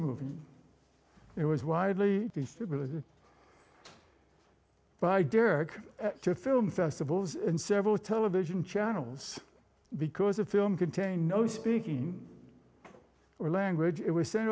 movie it was widely distributed by derek to film festivals and several television channels because the film contained no speaking or language it was sent